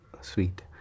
sweet